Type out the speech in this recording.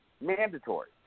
mandatory